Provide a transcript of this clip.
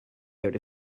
out